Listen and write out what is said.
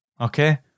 Okay